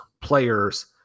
players